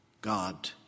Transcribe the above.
God